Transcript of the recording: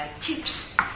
tips